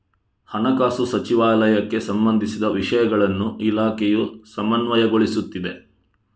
ಹಣಕಾಸು ಸಚಿವಾಲಯಕ್ಕೆ ಸಂಬಂಧಿಸಿದ ವಿಷಯಗಳನ್ನು ಇಲಾಖೆಯು ಸಮನ್ವಯಗೊಳಿಸುತ್ತಿದೆ